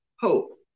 hope